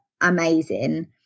amazing